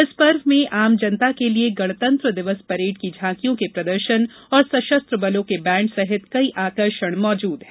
इस पर्व में आम जनता के लिए गणतंत्र दिवस परेड़ की झांकियों के प्रदर्शन और सशस्त्र बलों के बैण्ड सहित कई आकर्षण मौजूद हैं